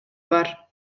бар